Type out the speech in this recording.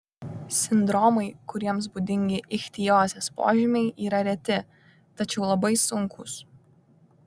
sindromai kuriems būdingi ichtiozės požymiai yra reti tačiau labai sunkūs